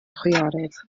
chwiorydd